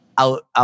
out